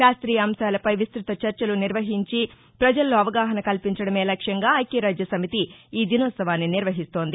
శాస్త్రీయ అంశాలపై విస్తృత చర్చలు నిర్వహించి పజల్లో అవగాహన కల్పించడమే లక్ష్యంగా ఐక్యరాజ్యసమితి ఈదినోత్సవాన్ని నిర్వహిస్తోంది